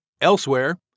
Elsewhere